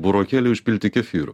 burokėliai užpilti kefyru